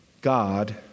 God